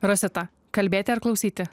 rosita kalbėti ar klausyti